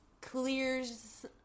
clears